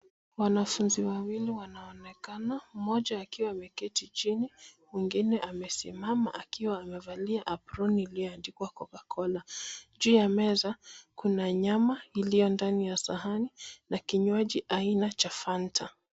Wanafunzi wawili wanaonekana mmoja akiwa ameketi chini mwingine amesimama akiwa amevalia aproni iliyoandikwa cocacola. Juu ya meza kuna nyama iliyo ndani ya sahani na kinywaji aina cha fanta.